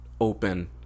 open